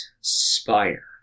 spire